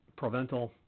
Proventil